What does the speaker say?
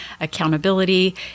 accountability